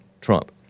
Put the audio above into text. Trump